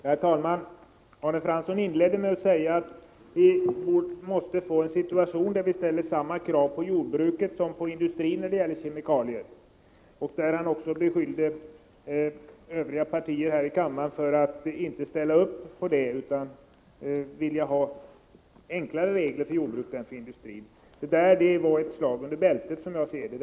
Herr talman! Arne Fransson avslutade med att säga att vi måste få en situation där vi ställer samma krav på jordbruket som på industrin när det gäller kemikalier. Han beskyllde också övriga partier här i kammaren för att inte ställa upp på det utan vilja ha enklare regler för jordbruket än för industrin. Det var ett slag under bältet, som jag ser det.